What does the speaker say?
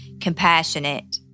compassionate